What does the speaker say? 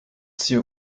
sich